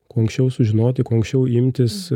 kuo anksčiau sužinoti kuo anksčiau imtis